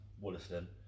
Wollaston